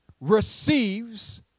receives